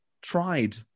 tried